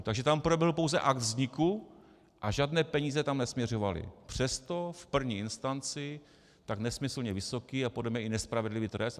Takže tam proběhl pouze akt vzniku a žádné peníze tam nesměřovaly, přesto v první instanci tak nesmyslně vysoký a podle mě i nespravedlivý trest.